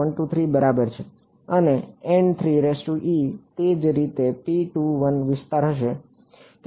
અને તે જ રીતે વિસ્તાર હશે